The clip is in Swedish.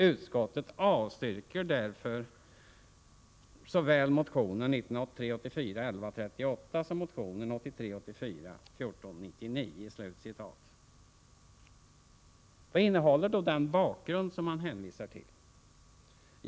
Utskottet avstyrker därför såväl motion 1983 84:1499.” Vad är det då för bakgrund som man här hänvisar till?